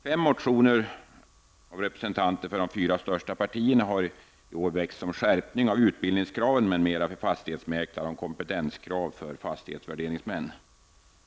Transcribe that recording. Fem motioner av representanter för de fyra största partierna har i år väckts om skärpning av utbildningskrav m.m. för fastighetsmäklare och om kompetenskrav för fastighetsvärderingsmän.